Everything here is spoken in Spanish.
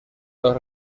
los